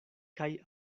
kaj